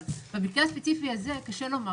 אבל במקרה הספציפי הזה קשה לומר